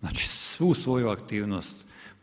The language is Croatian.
Znači svu svoju aktivnost